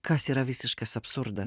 kas yra visiškas absurda